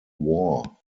war